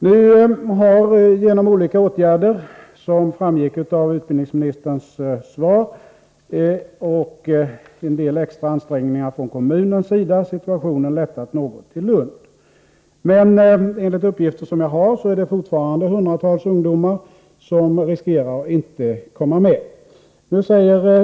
Nu har genom olika åtgärder, som framgick av utbildningsministerns svar, och en del extra ansträngningar från kommunens sida situationen i Lund blivit något mindre svår. Men enligt uppgifter som jag har fått är det fortfarande hundratals ungdomar som riskerar att inte komma med i utbildningen.